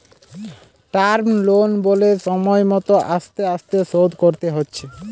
term loan বলে সময় মত আস্তে আস্তে শোধ করতে হচ্ছে